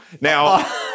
Now